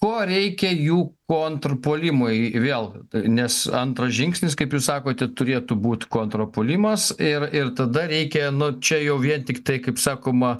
ko reikia jų kontrpuolimui vėl nes antras žingsnis kaip jūs sakote turėtų būt kontrpuolimas ir ir tada reikia nu čia jau vien tiktai kaip sakoma